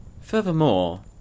Furthermore